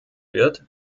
wird